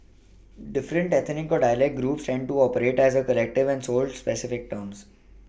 different ethnic or dialect groups tended to operate as a collective and sold specific items